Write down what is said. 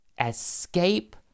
escape